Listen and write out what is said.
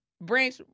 branch